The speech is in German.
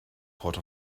port